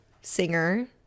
singer